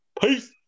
Peace